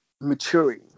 maturing